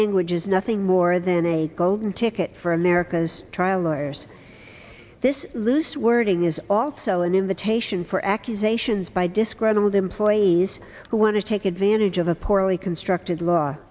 language is nothing more than a golden ticket for america's trial lawyers this loose wording is also an invitation for accusations by disgruntled employees who want to take advantage of a poorly constructed law